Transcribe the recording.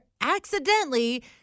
accidentally